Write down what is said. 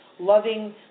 Loving